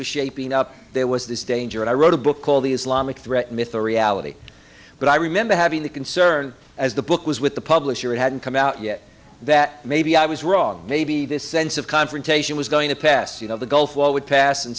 were shaping up there was this danger and i wrote a book called the islamic threat myth or reality but i remember having the concern as the book was with the publisher it hadn't come out yet that maybe i was wrong maybe this sense of confrontation was going to pass you know the gulf war would pass and